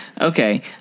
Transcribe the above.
Okay